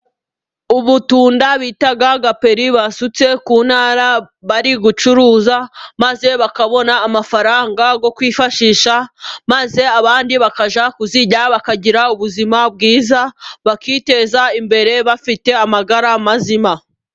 Ubutunda bita gaperi basutse ku ntara bari gucuruza maze bakabona amafaranga bwo kwifashisha, maze abandi bakajya kuzirya bakagira ubuzima bwiza, bakiteza imbere, bafite amagara mazima.